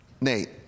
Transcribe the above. Nate